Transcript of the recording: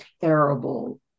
terrible